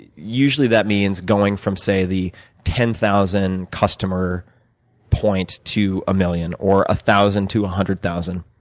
usually, that means going from say, the ten thousand customer point to a million, or a thousand to a hundred thousand.